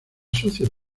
socios